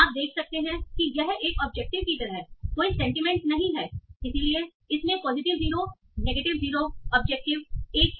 आप देख सकते हैं कि यह एक ऑब्जेक्टिव् की तरह कोई सेंटीमेंट नहीं है इसलिए इसमें पॉजिटिव 0 नेगेटिव 0 ऑब्जेक्टिव 1 है